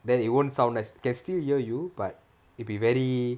then it won't sound as can still hear you but it'd be very